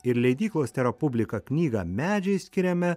ir leidyklos tera publika knygą medžiai skiriame